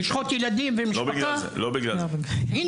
ליהודי מותר לשחוט ילדים ומשפחה והוא גיבור?